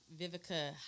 Vivica